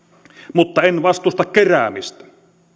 mutta en vastusta keräämistä